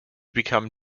become